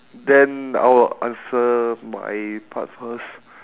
then oh answer my part first